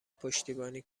پشتیبانی